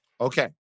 Okay